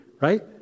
right